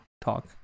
talk